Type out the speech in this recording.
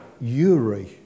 Uri